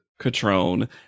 catrone